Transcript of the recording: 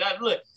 Look